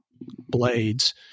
blades